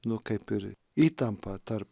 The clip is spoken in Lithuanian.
nu kaip ir įtampa tarp